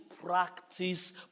practice